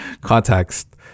context